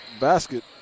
basket